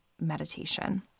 meditation